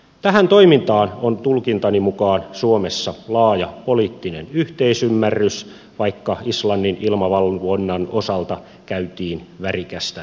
tähän toimintaan on tulkintani mukaan suomessa laaja poliittinen yhteisymmärrys vaikka islannin ilmavalvonnan osalta käytiin värikästä keskustelua